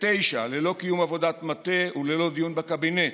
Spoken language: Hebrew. לתשע ללא קיום עבודת מטה וללא דיון בקבינט,